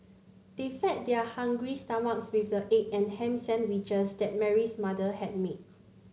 they fed their hungry stomachs with the egg and ham sandwiches that Mary's mother had made